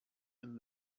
and